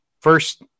first